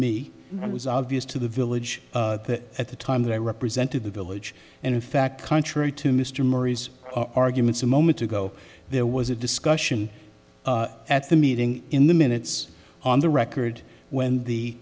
that was obvious to the village at the time that i represented the village and in fact contrary to mr murray's arguments a moment ago there was a discussion at the meeting in the minutes on the record when the